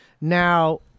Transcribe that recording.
Now